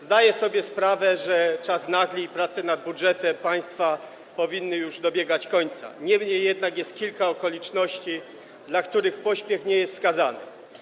Zdaję sobie sprawę, że czas nagli i prace nad budżetem państwa powinny już dobiegać końca, niemniej jednak jest tu kilka okoliczności, dla których pośpiech nie jest wskazany.